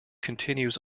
continues